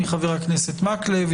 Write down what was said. מחבר הכנסת מקלב.